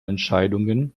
entscheidungen